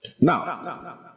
Now